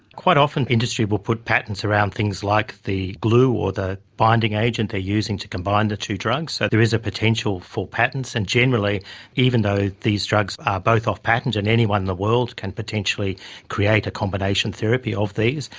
quite often industry will put patents around things like the glue or the binding agent they're using to combine the two drugs, so there is a potential for patents, and generally even though these drugs are both off-patent and anyone in the world can potentially create a combination therapy of these,